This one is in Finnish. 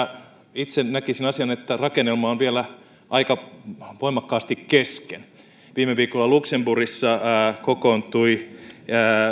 itse näkisin asian niin että rakennelma on vielä aika voimakkaasti kesken viime viikolla luxemburgissa kokoontui